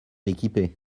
équipées